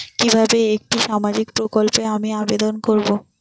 কিভাবে একটি সামাজিক প্রকল্পে আমি আবেদন করব?